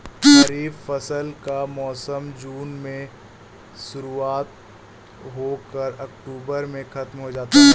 खरीफ फसल का मौसम जून में शुरू हो कर अक्टूबर में ख़त्म होता है